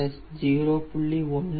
15 0